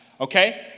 Okay